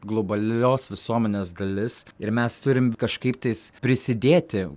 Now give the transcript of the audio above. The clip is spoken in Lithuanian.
globalios visuomenės dalis ir mes turim kažkaip tais prisidėti